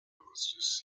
augustus